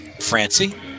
Francie